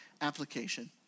Application